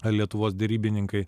lietuvos derybininkai